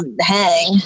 hang